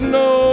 no